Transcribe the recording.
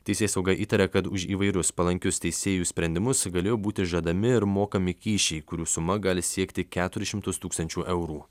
teisėsauga įtaria kad už įvairius palankius teisėjų sprendimus galėjo būti žadami ir mokami kyšiai kurių suma gali siekti keturis šimtus tūkstančių eurų